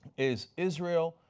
is israel,